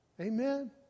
Amen